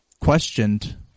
questioned